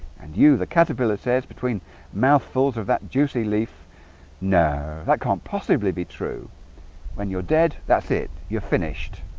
and you the caterpillar says between mouthfuls of that juicy leaf now. that can't possibly be true when you're dead, that's it. you're finished